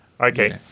Okay